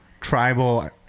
tribal